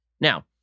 Now